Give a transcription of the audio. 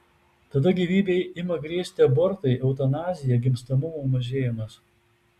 tada gyvybei ima grėsti abortai eutanazija gimstamumo mažėjimas